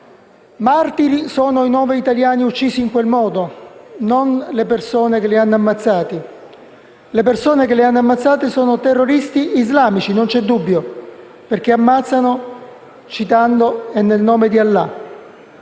Martiri sono i nove italiani uccisi in quel modo e non le persone che li hanno ammazzati. Coloro che li hanno uccisi sono terroristi islamici, non vi è dubbio, perché ammazzano citando e nel nome di Allah.